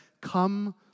Come